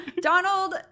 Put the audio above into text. Donald